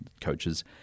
coaches